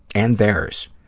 and theirs,